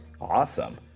Awesome